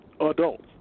Adults